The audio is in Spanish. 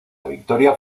victoria